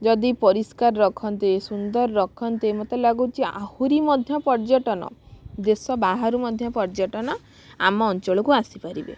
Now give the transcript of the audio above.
ଯଦି ପରିଷ୍କାର ରଖନ୍ତେ ସୁନ୍ଦର ରଖନ୍ତେ ମୋତେ ଲାଗୁଛି ଆହୁରି ମଧ୍ୟ ପର୍ଯ୍ୟଟନ ଦେଶ ବାହାରୁ ମଧ୍ୟ ପର୍ଯ୍ୟଟନ ଆମ ଅଞ୍ଚଳକୁ ଆସି ପାରିବେ